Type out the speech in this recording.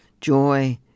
joy